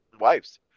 wives